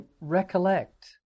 recollect